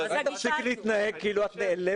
תפסיקי להתנהג כאילו את נעלבת כל הזמן.